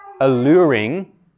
alluring